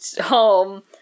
home